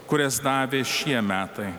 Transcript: kurias davė šie metai